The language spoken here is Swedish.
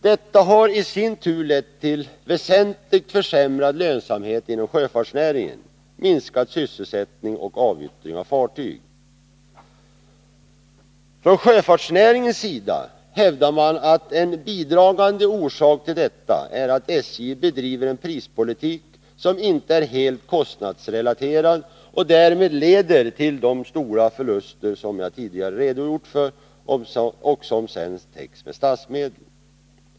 Detta har i sin tur lett till väsentligt försämrad lönsamhet inom sjöfartsnäringen, minskad sysselsättning och avyttring av fartyg. Från sjöfartsnäringens sida hävdar man att en bidragande orsak till detta är att SJ bedriver en prispolitik som inte är helt kostnadsrelaterad och därmed leder till de stora förluster som jag tidigare redogjort för och som sedan täcks med statsmedel.